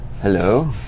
Hello